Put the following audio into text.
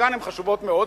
בחלקן הן חשובות מאוד,